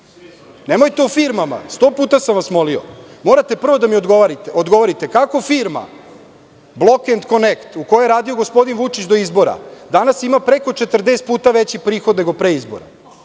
Nemojte o firmama, sto puta sam vas molio. Morate prvo da mi odgovorite kako firma „Block & connect“, u kojoj je radio gospodin Vučić do izbora, danas ima preko 40 puta veći prihod nego pre izbora?